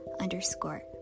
underscore